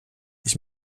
ich